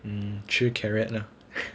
mm 吃 carrot lah